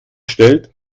stellt